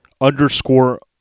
underscore